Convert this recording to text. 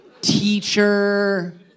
Teacher